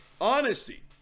honesty